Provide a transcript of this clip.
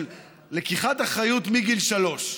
של לקיחת אחריות מגיל שלוש,